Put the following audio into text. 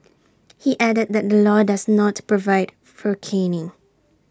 he added that the law does not provide for caning